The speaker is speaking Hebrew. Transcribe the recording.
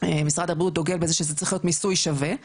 משרד הבריאות דוגל בזה שזה צריך להיות מיסוי שווה,